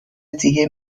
دیگه